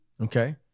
Okay